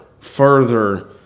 further